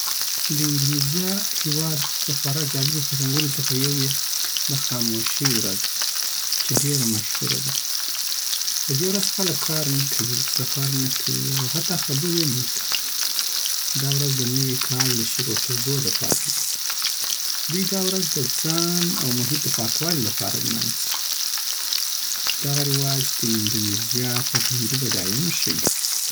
داندو نیزیا هیواد د خوار جالبو فرهنګونو څخه یو یی د خاموشۍ ورځ ده چی ډیره مشهوره ده په دې ورځ خلک کار نه کوي، سفر نه کوي، او حتی خبرې هم نه کوي. دا ورځ د نوي کال د شروع کیدود پاره یی دوی دا ورځ د ځان او محیط د پاکوالي لپاره لمانځي. دغه د رواج د اندونیزیا فرهنګي بډاینه ښيي.